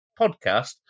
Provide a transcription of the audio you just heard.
podcast